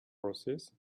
horses